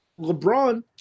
lebron